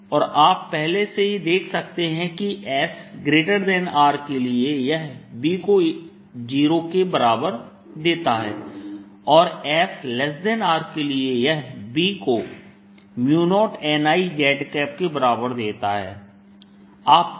और आप पहले से ही देख सकते हैं कि sR के लिए यह B को 0 के बराबर देता है और sR के लिए यह B को 0nIz के बराबर देता है